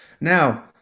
now